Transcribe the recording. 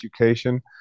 education